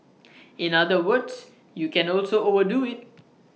in other words you can also overdo IT